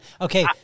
Okay